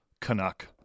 Canuck